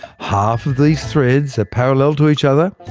half of these threads are parallel to each other,